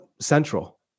central